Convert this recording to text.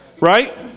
right